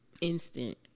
instant